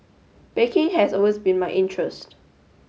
baking has always been my interest